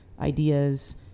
ideas